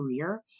career